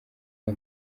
aya